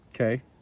Okay